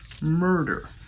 murder